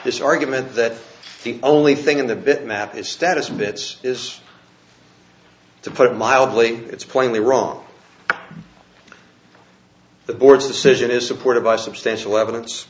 this argument that the only thing in the bitmap is status bits is to put it mildly it's plainly wrong the board's decision is supported by substantial evidence